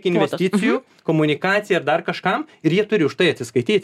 investicijų komunikacijai ir dar kažkam ir jie turi už tai atsiskaityti